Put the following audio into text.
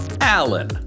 Allen